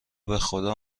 بخدا